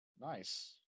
Nice